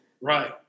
right